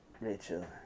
Rachel